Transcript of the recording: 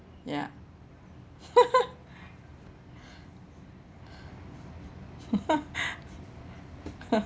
ya